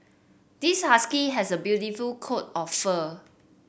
this husky has a beautiful coat of fur